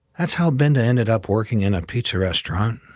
that's how binda ended up working in a pizza restaurant,